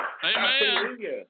Hallelujah